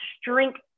strength